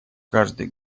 каждый